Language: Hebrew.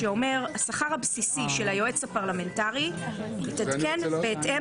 שאומר: "השכר הבסיסי של היועץ הפרלמנטרי יתעדכן בהתאם